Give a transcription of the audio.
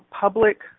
public